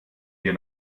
wir